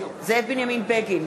זאב בנימין בגין,